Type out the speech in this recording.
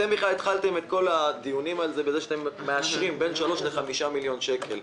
אתם התחלתם את כל הדיונים בזה שאתם מאשרים בין 3 ל-5 מיליון שקלים.